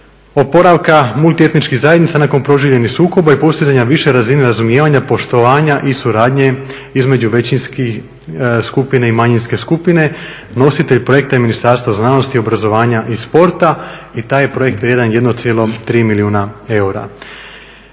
oporavka multietničkih zajednica nakon proživljenih sukoba i postizanja više razine razumijevanja, poštovanja i suradnje između većinskih skupina i manjinske skupine, nositelje projekta je Ministarstvo znanosti, obrazovanja i sporta i taj je projekt vrijedan 1,3 milijuna eura.